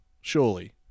surely